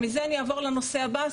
מזה אני אעבור לנושא הבא,